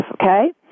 okay